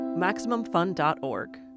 MaximumFun.org